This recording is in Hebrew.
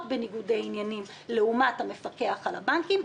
בניגודי עניינים לעומת המפקח על הבנקים.